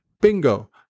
Bingo